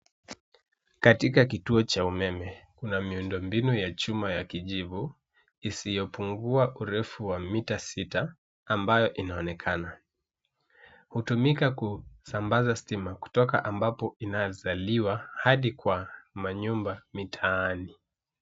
Katika kituo cha umeme kuna miundo mbinu ya chuma ya kijivu isiyopungua urefu wa mita sita ambayo inaonekana. Hutumika kusambaza stima kutoka ambapo inayozaliwa hadi kwa manyumba mitaani.